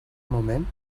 moment